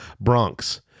Bronx